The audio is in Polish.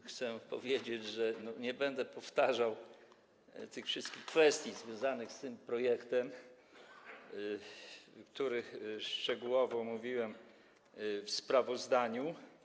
Chcę powiedzieć, że już nie będę powtarzał tych wszystkich kwestii związanych z projektem, który szczegółowo omówiłem w ramach sprawozdania.